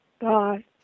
Bye